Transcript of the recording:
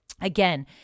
Again